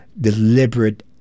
deliberate